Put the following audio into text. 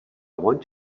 want